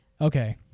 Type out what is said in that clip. Okay